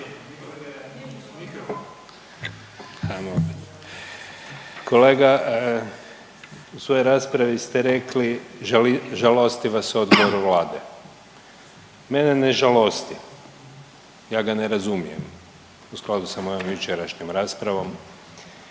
Kolega, u svojoj raspravi ste rekli, žalosti vas odgovor Vlade. Mene ne žalosti. Ja ga ne razumijem. U skladu sa mojom jučerašnjom raspravom,